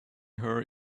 her